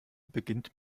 beginnt